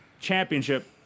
championship